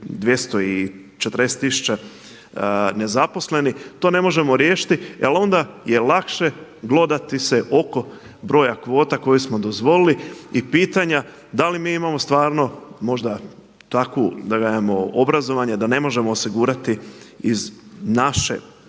240 tisuća nezaposlenih, to ne možemo riješiti, al onda je lakše glodati se oko broja kvota koje smo dozvolili i pitanja da li mi imamo stvarno možda takvu da dajemo obrazovanje da ne možemo osigurati od naših